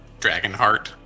Dragonheart